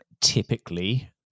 typically